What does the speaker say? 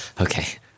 okay